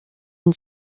and